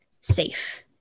safe